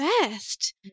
Best